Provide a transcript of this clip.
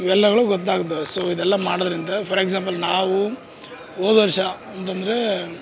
ಇವೆಲ್ಲವುಗಳು ಗೊತ್ತಾಗ್ತವೆ ಸೋ ಇದೆಲ್ಲಾ ಮಾಡೋದ್ರಿಂದ ಫಾರ್ ಎಕ್ಸಾಂಪಲ್ ನಾವು ಹೋದ್ ವರ್ಷ ಅಂತಂದರೆ